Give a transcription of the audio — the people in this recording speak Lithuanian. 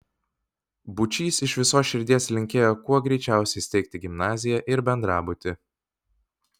būčys iš visos širdies linkėjo kuo greičiausiai steigti gimnaziją ir bendrabutį